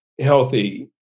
healthy